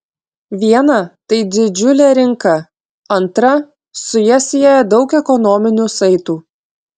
viena tai didžiulė rinka antra su ja sieja daug ekonominių saitų